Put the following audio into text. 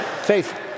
Faith